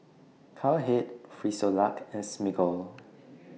Cowhead Frisolac and Smiggle